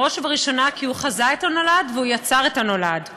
בראש ובראשונה כי הוא חזה את הנולד ויצר את הנולד.